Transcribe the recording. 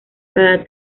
cada